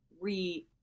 re